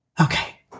Okay